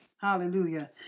Hallelujah